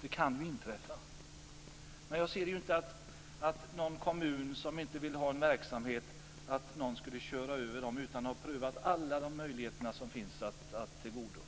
Jag kan inte se att en kommun som inte vill ha en verksamhet skulle bli överkörd utan att alla möjligheter som finns har prövats.